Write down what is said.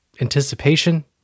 anticipation